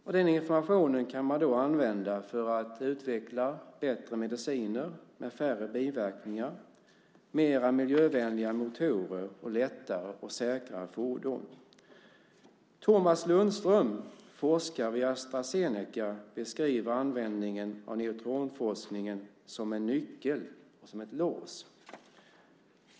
Och den informationen kan man då använda för att utveckla bättre mediciner med färre biverkningar, mer miljövänliga motorer och lättare och säkrare fordon. Thomas Lundström, forskare vid Astra Zeneca, beskriver användningen av neutronforskningen som en nyckel och som ett lås.